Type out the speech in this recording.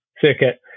circuit